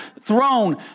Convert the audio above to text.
throne